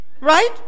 Right